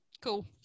Cool